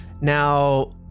Now